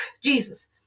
Jesus